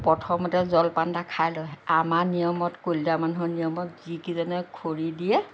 প্ৰথমতে জলপান এটা খাই লয় আমাৰ নিয়মত কলিতা মানুহৰ নিয়মত যিকেইজনে খৰি দিয়ে